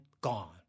gone